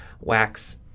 wax